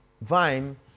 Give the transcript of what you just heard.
vine